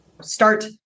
start